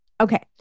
Okay